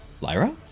Lyra